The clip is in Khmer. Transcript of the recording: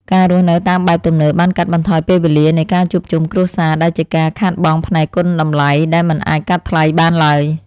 ការរស់នៅតាមបែបទំនើបបានកាត់បន្ថយពេលវេលានៃការជួបជុំគ្រួសារដែលជាការខាតបង់ផ្នែកគុណតម្លៃដែលមិនអាចកាត់ថ្លៃបានឡើយ។